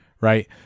right